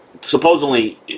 supposedly